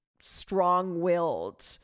strong-willed